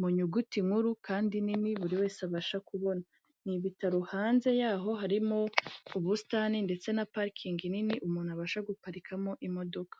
mu nyuguti nkuru, kandi nini buri wese abasha kubona. Ni ibitaro hanze yaho harimo ubusitani ndetse na parikingi nini, umuntu abasha guparikamo imodoka.